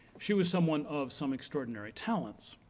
she was someone of some extraordinary talents.